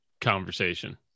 conversation